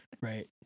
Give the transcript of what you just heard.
Right